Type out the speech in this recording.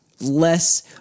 less